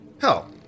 Hell